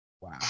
wow